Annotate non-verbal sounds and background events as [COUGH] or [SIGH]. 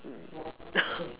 [COUGHS]